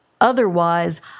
otherwise